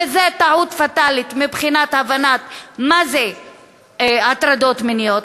וזו טעות פטאלית מבחינת ההבנה של הטרדות מיניות,